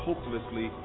Hopelessly